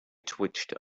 twitched